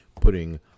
putting